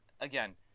again